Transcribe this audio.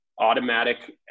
automatic